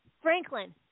Franklin